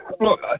look